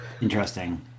Interesting